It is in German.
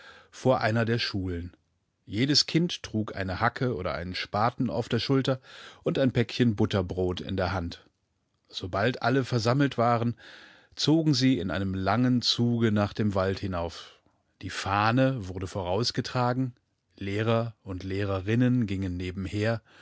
abereinestageszuanfangdessommersversammeltensichallekinderaus demkirchspiel indemderabgebrannteberglag voreinerderschulen jedes kind trug eine hacke oder einen spaten auf der schulter und ein päckchen butterbrot in der hand sobald alle versammelt waren zogen sie in einem langenzugenachdemwaldhinauf diefahnewurdevorausgetragen lehrer und lehrerinnen gingen nebenher